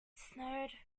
snowed